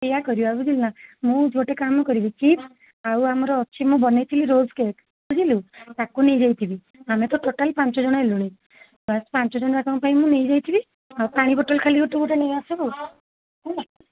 ଏୟା କରିବା ବୁଝିଲୁ ନା ମୁଁ ଗୋଟେ କାମ କରିବି ଚିପ୍ସ ଆଉ ଆମର ଅଛି ମୁଁ ବନାଇଥିଲି ରୋଜ୍ କେକ୍ ବୁଝିଲୁ ତାକୁ ନେଇଯାଇଥିବି ଆମେ ତ ଟୋଟାଲି ପାଞ୍ଚ ଜଣ ହେଲୁଣି ବାସ ପାଞ୍ଚ ଜଣଙ୍କ ପାଇଁ ମୁଁ ନେଇ ଯାଇଥିବି ଆଉ ପାଣି ବୋଟଲ୍ ଖାଲି ତୁ ଗୋଟେ ନେଇ ଆସିବୁ ହେଲା